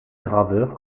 graveur